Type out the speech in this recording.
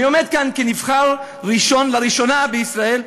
אני עומד כאן כנבחר ראשון לראשונה בישראל,